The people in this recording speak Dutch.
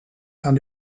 aan